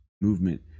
movement